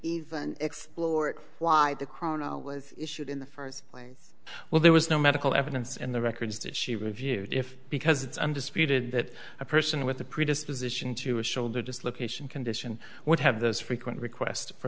been explored why the crown was issued in the first place well there was no medical evidence in the records that she reviewed if because it's undisputed that a person with a predisposition to a shoulder dislocation condition would have those frequent requests for